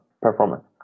performance